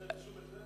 להסב את תשומת הלב,